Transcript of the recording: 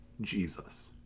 Jesus